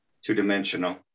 two-dimensional